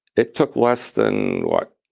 it took less than, what,